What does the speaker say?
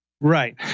Right